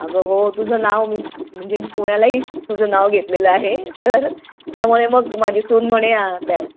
अगं हो तुझं नाव मी म्हणजे मी पुण्यालाही तुझं नाव घेतलेलं आहे तर त्यामुळे मग माझी सून म्हणे त्यांना